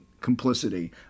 complicity